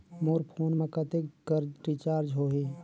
मोर phone मा कतेक कर रिचार्ज हो ही?